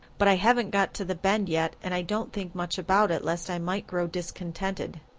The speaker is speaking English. but i haven't got to the bend yet and i don't think much about it lest i might grow discontented.